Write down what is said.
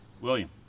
william